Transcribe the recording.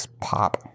pop